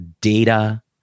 data